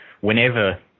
whenever